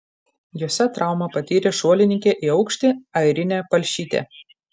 jose traumą patyrė šuolininkė į aukštį airinė palšytė